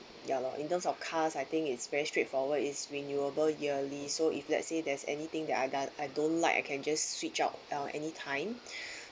ya lor in terms of cars I think is very straightforward is renewable yearly so if let's say there's anything that I done I don't like I can just switch out uh any time